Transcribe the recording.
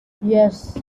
yes